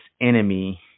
enemy